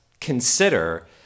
consider